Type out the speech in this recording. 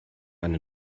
eine